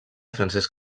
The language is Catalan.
francesc